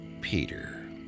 Peter